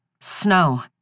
Snow